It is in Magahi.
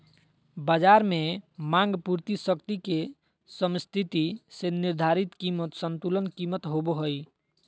बज़ार में मांग पूर्ति शक्ति के समस्थिति से निर्धारित कीमत संतुलन कीमत होबो हइ